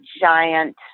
giant